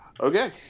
okay